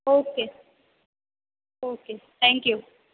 okay okay thank you